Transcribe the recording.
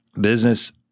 business